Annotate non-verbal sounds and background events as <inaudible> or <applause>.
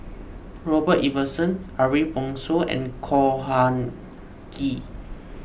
Robert Ibbetson Ariff Bongso and Khor <unintelligible> Ghee